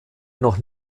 noch